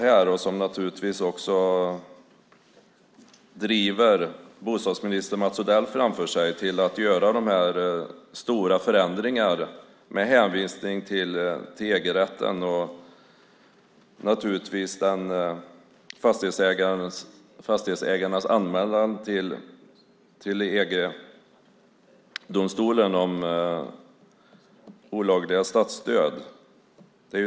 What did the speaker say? Man driver på bostadsminister Mats Odell att göra dessa stora förändringar med hänvisning till EG-rätten och Fastighetsägarnas anmälan till EG-domstolen om olagliga statsstöd.